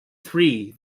three